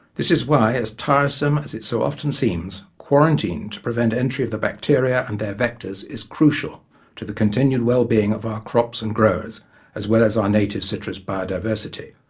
this is why, as tiresome as it so often seems, quarantine to prevent entry of the bacteria and their vectors is crucial to the continued wellbeing of our crops and growers as well as our native citrus biodiversity